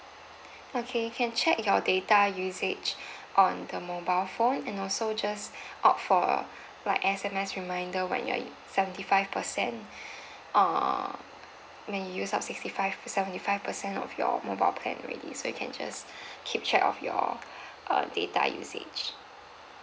okay you can check your data usage on the mobile phone and also just opt for like S_M_S reminder when you're in seventy five percent err when you use up sixty five seventy five percent of your mobile plan already so you can just keep track of your uh data usage